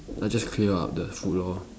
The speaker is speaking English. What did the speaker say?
I just clear up the food lor